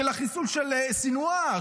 של החיסול של סנוואר,